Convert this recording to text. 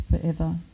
forever